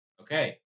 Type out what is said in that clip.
Okay